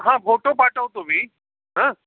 हां फोटो पाठवतो मी हां